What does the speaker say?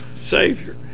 savior